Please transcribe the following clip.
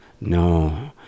no